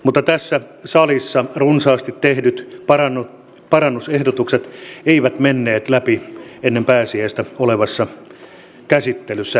mutta tässä salissa runsain mitoin tehdyt parannusehdotukset eivät menneet läpi ennen pääsiäistä olevassa käsittelyssä